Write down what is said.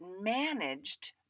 managed